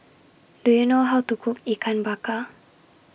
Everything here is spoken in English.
Do YOU know How to Cook Ikan Bakar